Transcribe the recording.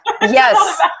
yes